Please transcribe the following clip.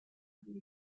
usually